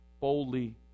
boldly